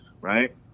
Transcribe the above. right